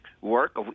work